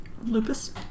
Lupus